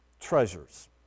treasures